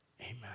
Amen